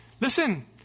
Listen